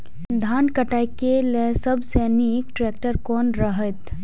धान काटय के लेल सबसे नीक ट्रैक्टर कोन रहैत?